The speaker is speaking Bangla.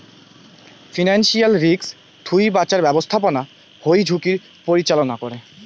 ফিনান্সিয়াল রিস্ক থুই বাঁচার ব্যাপস্থাপনা হই ঝুঁকির পরিচালনা করে